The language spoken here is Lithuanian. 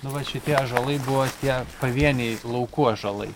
nu vat šitie ąžuolai buvo tie pavieniai laukų ąžuolai